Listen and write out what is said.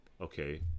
Okay